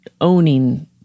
owning